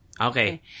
okay